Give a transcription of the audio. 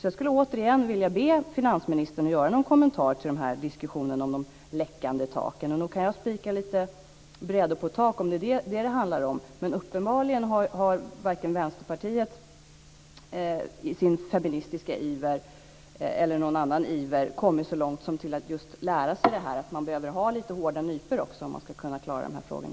Jag skulle återigen vilja be finansministern om en kommentar till diskussionen om de läckande taken. Nog kan jag spika lite brädor på ett tak, om det är det som det handlar om. Men uppenbarligen har inte Vänsterpartiet i sin feministiska iver eller i någon annan iver kommit så långt som till att just lära sig att man också behöver ha lite hårda nypor om man ska klara av de här frågorna.